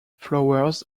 flowers